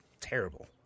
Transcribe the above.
terrible